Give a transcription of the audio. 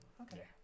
okay